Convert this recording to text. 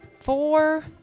four